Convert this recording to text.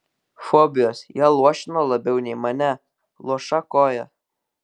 fobijos ją luošino labiau nei mane luoša koja